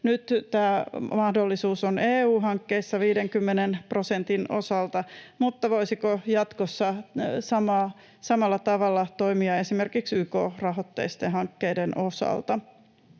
Nyt tämä mahdollisuus on EU-hankkeissa 50 prosentin osalta, mutta voisiko jatkossa samalla tavalla toimia esimerkiksi YK-rahoitteisten hankkeiden osalta?